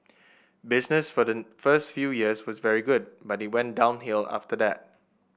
business for the first few years was very good but it went downhill after that